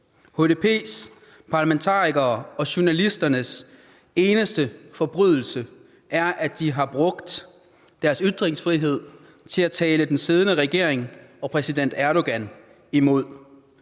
HDP's parlamentarikere og journalisternes eneste forbrydelse er, at de har brugt deres ytringsfrihed til at tale den siddende regering og præsident Erdogan imod.